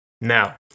Now